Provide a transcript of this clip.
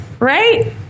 right